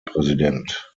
präsident